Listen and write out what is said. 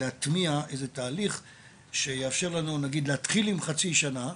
להטמיע איזה תהליך שיאפשר לנו להתחיל עם חצי שנה,